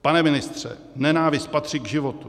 Pane ministře, nenávist patří k životu.